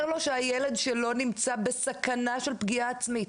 לו שהילד שלו נמצא בסכנה של פגיעה עצמית,